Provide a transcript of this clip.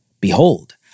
Behold